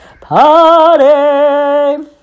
Party